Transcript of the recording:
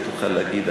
ותוכל להגיד.